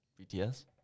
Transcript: BTS